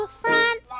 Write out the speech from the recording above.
front